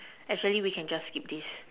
actually we can just skip this